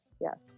yes